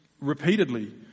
repeatedly